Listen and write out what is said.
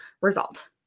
result